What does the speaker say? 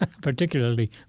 Particularly